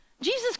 Jesus